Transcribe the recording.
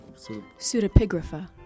Pseudopigrapha